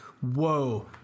whoa